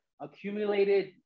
accumulated